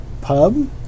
pub